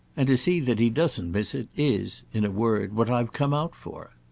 and to see that he doesn't miss it is, in a word, what i've come out for.